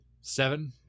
seven